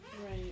Right